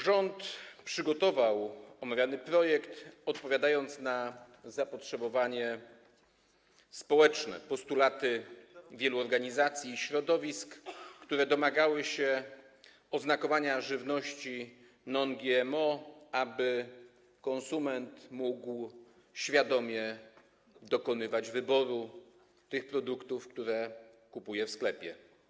Rząd przygotował omawiany projekt, odpowiadając na zapotrzebowanie społeczne, postulaty wielu organizacji i środowisk, które domagały się oznakowania żywności non-GMO, aby konsument mógł świadomie dokonywać wyboru tych produktów, które kupuje w sklepie.